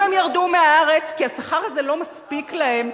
אם הם ירדו מהארץ כי השכר הזה לא מספיק להם,